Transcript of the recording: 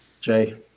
Jay